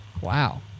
Wow